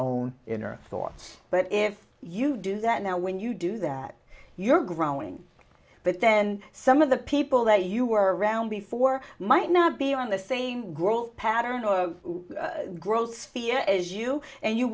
own inner thoughts but if you do that now when you do that you're growing but then some of the people that you were around before might not be on the same girl pattern of growth as you and you